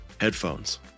Headphones